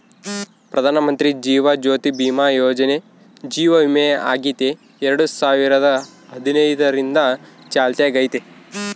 ಪ್ರಧಾನಮಂತ್ರಿ ಜೀವನ ಜ್ಯೋತಿ ಭೀಮಾ ಯೋಜನೆ ಜೀವ ವಿಮೆಯಾಗೆತೆ ಎರಡು ಸಾವಿರದ ಹದಿನೈದರಿಂದ ಚಾಲ್ತ್ಯಾಗೈತೆ